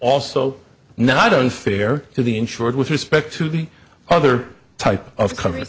also not unfair to the insured with respect to the other type of coming